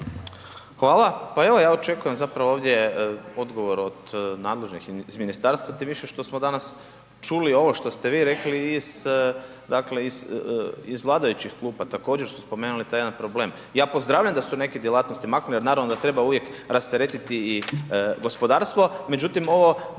Hvala, pa evo ja očekujem zapravo ovdje odgovor od nadležnih iz ministarstva tim više što smo danas čuli ovo što ste vi rekli iz dakle iz vladajućih klupa, također su spomenuli taj jedan problem. Ja pozdravljam da su neke djelatnosti maknuli jer naravno da treba uvijek rasteretiti i gospodarstvo